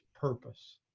purpose